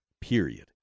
period